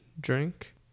drink